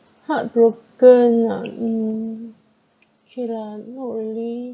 heartbroken ah mm K lah not really